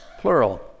plural